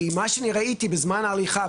כי מה שאני ראיתי בזמן ההליכה,